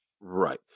Right